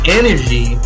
energy